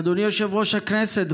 אדוני יושב-ראש הכנסת,